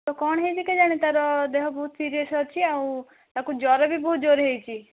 ତ କଣ ହୋଇଛି କେଜାଣେ ତାର ଦେହ ବହୁତ ସିରିଏସ୍ ଅଛି ଆଉ ତାକୁ ଜ୍ଵର ବି ବହୁତ ଜୋରରେ ହୋଇଛି